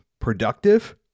productive